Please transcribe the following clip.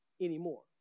anymore